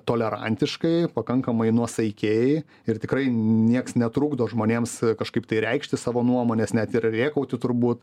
tolerantiškai pakankamai nuosaikiai ir tikrai nieks netrukdo žmonėms kažkaip tai reikšti savo nuomonės net ir rėkauti turbūt